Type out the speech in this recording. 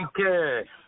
Okay